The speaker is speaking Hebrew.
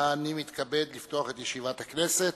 אני מתכבד לפתוח את ישיבת הכנסת.